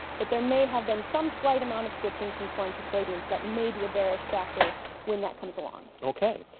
but there may have been some slight amount of switching from corn to soybeans that may be bearish factor when that comes along. pearson okay.